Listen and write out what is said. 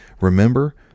remember